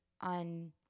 on